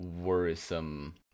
worrisome